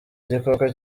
igikoko